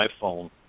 iPhone